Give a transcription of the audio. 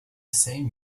same